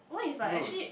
who knows